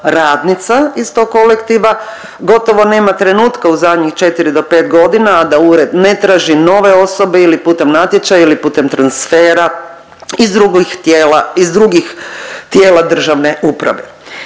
radnica iz tog kolektiva. Gotovo nema trenutka u zadnjih 4 do 5 godina, a da ured ne traži nove osobe ili putem natječaja ili putem transfera iz drugih tijela, iz drugih